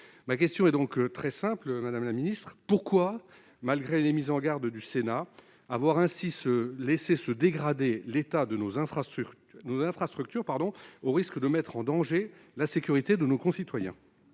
ma question est donc très simple Madame la Ministre, pourquoi, malgré les mises en garde du Sénat à voir ainsi se laisser se dégrader l'état de nos infrastructures, infrastructures, pardon, au risque de mettre en danger la sécurité de nos concitoyens.